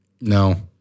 No